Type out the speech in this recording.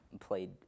played